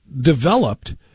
developed